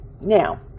now